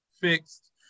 fixed